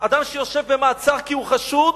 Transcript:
אדם שיושב במעצר כי הוא חשוד,